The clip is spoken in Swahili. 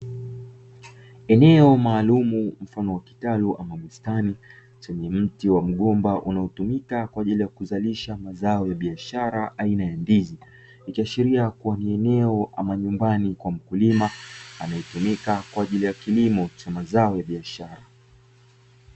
Eneo maalum, mfano wa kitalu ama bustani lenye miti ya mgomba unaotumika kwa ajili ya kuzalisha mazao ya biashara aina ya ndizi; ni kiashiria kuwa ni eneo ama nyumbani kwa mkulima anayetumika kwa ajili ya kilimo cha mazao ya biashara.